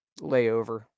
layover